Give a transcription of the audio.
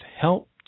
help